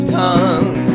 tongue